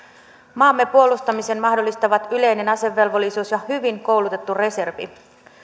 maamme puolustamisen mahdollistavat yleinen asevelvollisuus ja hyvin koulutettu reservi